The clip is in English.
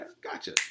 gotcha